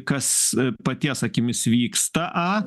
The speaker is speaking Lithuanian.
kas paties akimis vyksta a